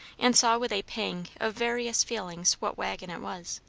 and saw with a pang of various feelings what waggon it was.